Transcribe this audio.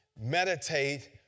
Meditate